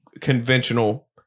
conventional